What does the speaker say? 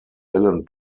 allan